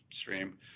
stream